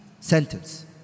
sentence